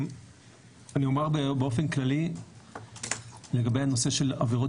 אני אומר באופן כללי לגבי הנושא של עבירות